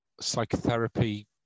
psychotherapy